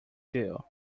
deal